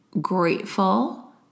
grateful